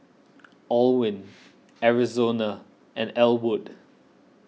Alwin Arizona and Elwood